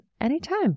anytime